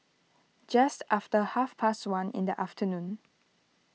just after half past one in the afternoon